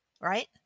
Right